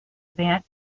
event